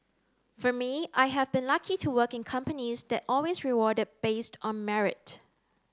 for me I have been lucky to work in companies that always rewarded based on merit